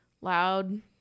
loud